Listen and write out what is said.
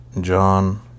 John